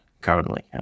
currently